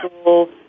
school